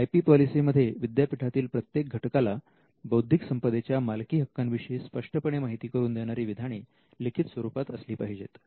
I P पॉलिसीमध्ये विद्यापीठातील प्रत्येक घटकाला बौद्धिक संपदेच्या मालकी हक्काविषयी स्पष्टपणे माहिती करून देणारी विधाने लिखित स्वरूपात असली पाहिजेत